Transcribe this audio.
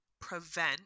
prevent